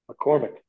McCormick